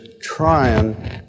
trying